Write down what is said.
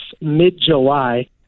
mid-July